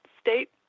state